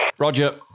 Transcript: Roger